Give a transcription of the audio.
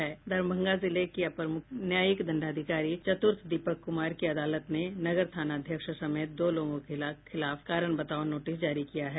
दरभंगा जिले की अपर मुख्य न्यायिक दंडाधिकारी चत्र्थ दीपक क्मार की अदालत ने नगर थानाध्यक्ष समेत दो लोगों के खिलाफ कारण बताओ नोटिस जारी किया है